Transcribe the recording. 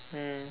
mm